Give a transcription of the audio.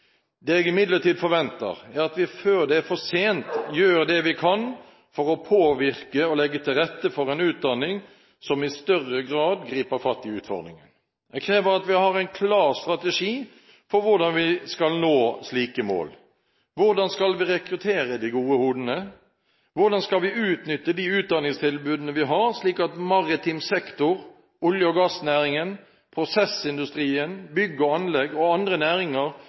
Det jeg imidlertid forventer, er at vi, før det er for sent, gjør det vi kan for å påvirke og legge til rette for en utdanning som i større grad griper fatt i utfordringen. Det krever at vi har en klar strategi for hvordan vi skal nå slike mål. Hvordan skal vi rekruttere de gode hodene? Hvordan skal vi utnytte de utdanningstilbudene vi har, slik at maritim sektor, olje- og gassnæringen, prosessindustrien, bygg og anlegg og andre næringer